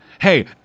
hey